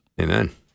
Amen